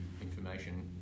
information